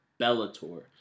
Bellator